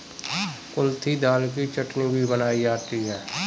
कुल्थी दाल की चटनी भी बनाई जाती है